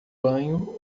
banho